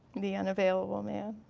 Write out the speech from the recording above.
the unavailable man.